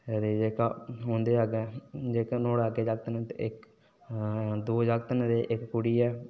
जेह्का उंदे शा अग्गै जाक्त नुहाड़े अग्गै जाक्त न दौं जाक्त न ते इक कुड़ी ऐ